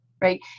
right